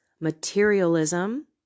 materialism